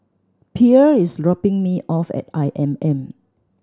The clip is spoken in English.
Pierre is dropping me off at I M M